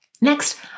Next